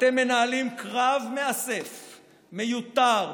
אתם מנהלים קרב מאסף מיותר,